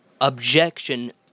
objection